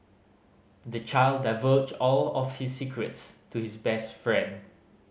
the child divulged all his secrets to his best friend